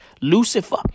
Lucifer